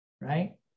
right